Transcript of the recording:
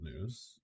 news